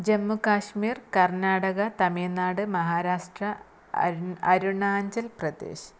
ജമ്മു കാശ്മീര് കര്ണാടക തമിഴ് നാട് മഹാരാഷ്ട്ര അരു അരുണാചല് പ്രദേശ്